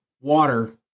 water